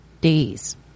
days